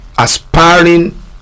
aspiring